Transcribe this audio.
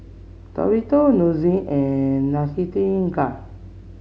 Dorito Nissin and Nightingale